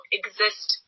exist